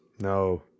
No